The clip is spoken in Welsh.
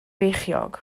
feichiog